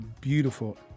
beautiful